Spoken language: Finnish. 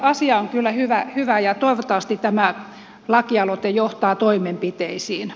asia on kyllä hyvä ja toivottavasti tämä lakialoite johtaa toimenpiteisiin